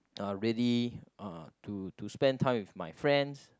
uh really uh to to spend time with my friends